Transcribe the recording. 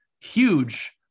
huge